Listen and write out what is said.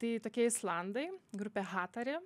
tai tokie islandai grupė hatari